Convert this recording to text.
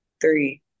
three